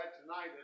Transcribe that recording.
tonight